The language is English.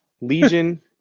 Legion